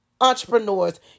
entrepreneurs